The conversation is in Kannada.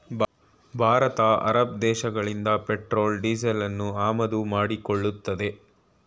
ಭಾರತ ಅರಬ್ ದೇಶಗಳಿಂದ ಪೆಟ್ರೋಲ್ ಡೀಸೆಲನ್ನು ಆಮದು ಮಾಡಿಕೊಳ್ಳುತ್ತದೆ